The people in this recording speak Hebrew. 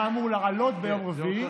זה החוק שהיה אמור לעלות ביום רביעי,